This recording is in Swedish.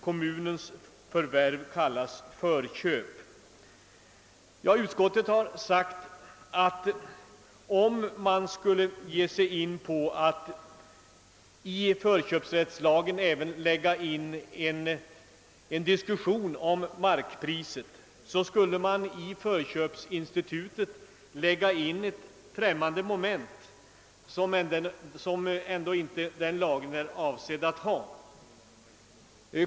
Kommunens förvärv kallas förköp.» Utskottet har anfört att det vore att föra in ett främmande moment i förköpslagen, om man på detta sätt upptog ett stadgande rörande bestämningen av markpriset.